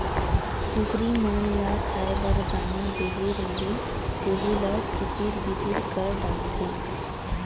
कुकरी मन ल खाए बर दाना देहे रइबे तेहू ल छितिर बितिर कर डारथें